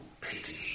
pity